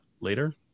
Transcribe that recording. later